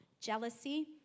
jealousy